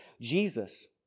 Jesus